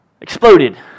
exploded